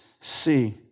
see